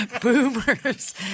boomers